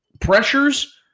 pressures